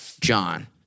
John